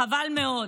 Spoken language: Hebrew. חבל מאוד.